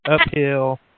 uphill